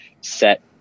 set